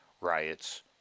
riots